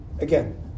Again